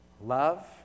love